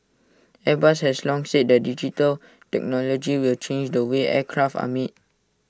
airbus has long said that digital technology will change the way aircraft are made